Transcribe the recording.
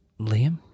Liam